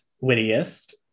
wittiest